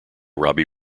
robbie